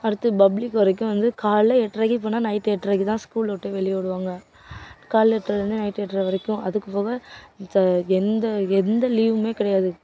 அடுத்து பப்ளிக் வரைக்கும் வந்து காலையில் எட்டரைக்கு போனால் நைட் எட்டரைக்கு தான் ஸ்கூலில் விட்டு வெளிய விடுவாங்க காலையில் எட்டரையிலேருந்து நைட் எட்டர வரைக்கும் அதுக்கு போக மத்த எந்த எந்த லீவும் கிடையாது